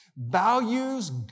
values